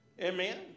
Amen